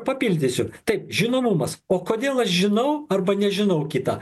papildysiu taip žinomumas o kodėl aš žinau arba nežinau kitą